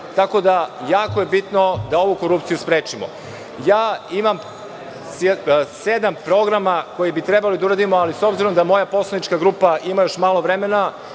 tako da jako je bitno da ovu korupciju sprečimo. Ima sedam programa koje bi trebali da uradimo, ali s obzirom da moja poslanička grupa ima još malo vremena,